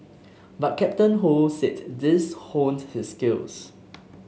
but Captain Ho said these honed his skills